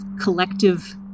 collective